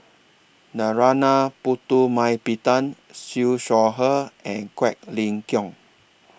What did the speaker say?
Narana Putumaippittan Siew Shaw Her and Quek Ling Kiong